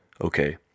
okay